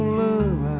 love